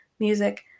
music